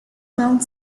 bound